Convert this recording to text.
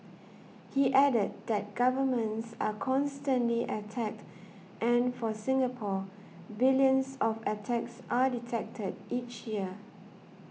he added that governments are constantly attacked and for Singapore billions of attacks are detected each year